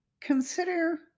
Consider